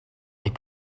est